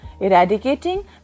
eradicating